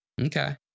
Okay